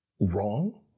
wrong